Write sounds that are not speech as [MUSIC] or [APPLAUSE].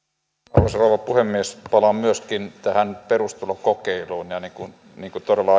arvoisa rouva puhemies palaan myöskin tähän perustulokokeiluun ja niin kuin todella [UNINTELLIGIBLE]